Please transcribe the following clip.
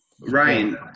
Ryan